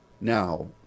Now